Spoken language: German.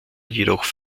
jedoch